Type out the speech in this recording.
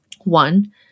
One